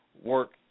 work